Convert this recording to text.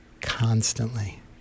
constantly